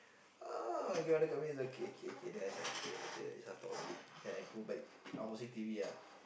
oh you want to come in okay k k then I was like okay then she started talk a bit then I go back I watching T_V ah